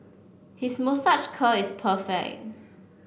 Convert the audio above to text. his moustache curl is perfect